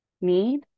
need